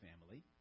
family